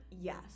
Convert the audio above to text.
Yes